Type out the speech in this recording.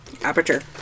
aperture